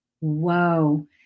whoa